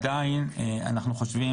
אנחנו עדיין חושבים,